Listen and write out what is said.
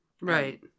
Right